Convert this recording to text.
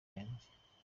yanjye